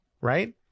right